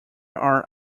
are